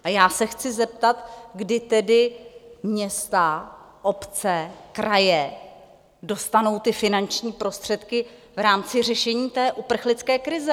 A já se chci zeptat, kdy tedy města, obce, kraje dostanou ty finanční prostředky v rámci řešení uprchlické krize?